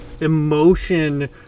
emotion